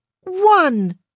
One